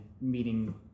meeting